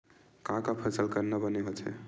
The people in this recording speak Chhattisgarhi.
का का फसल करना बने होथे?